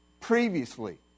previously